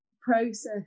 process